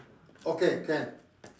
okay can